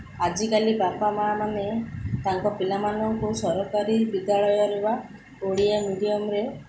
ଆଜିକାଲି ବାପା ମା'ମାନେ ତାଙ୍କ ପିଲାମାନଙ୍କୁ ସରକାରୀ ବିଦ୍ୟାଳୟରେ ଓଡ଼ିଆ ମିଡ଼ିଅମ୍ରେ